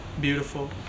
beautiful